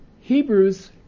Hebrews